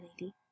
lady